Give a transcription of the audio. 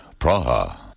Praha